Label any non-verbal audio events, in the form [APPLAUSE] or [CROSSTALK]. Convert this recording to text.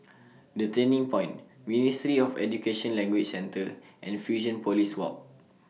[NOISE] The Turning Point Ministry of Education Language Centre and Fusionopolis Walk